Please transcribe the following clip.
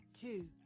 Two